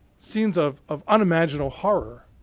scenes of of unimaginable horror.